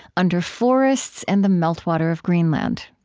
under forests and the meltwater of greenland.